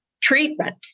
treatment